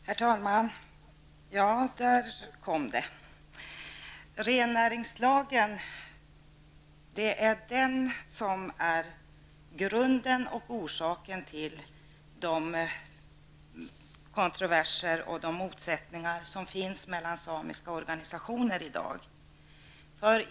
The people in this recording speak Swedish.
Herr talman! Nu kom det! Det är rennäringslagen som är grunden och orsaken till de kontroverser och motsättningar som finns mellan de samiska organisationerna i dag.